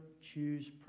choose